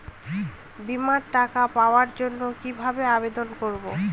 বিমার টাকা পাওয়ার জন্য কিভাবে আবেদন করব?